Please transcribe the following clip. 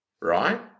Right